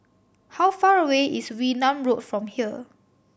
how far away is Wee Nam Road from here